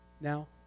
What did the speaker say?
now